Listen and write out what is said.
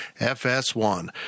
FS1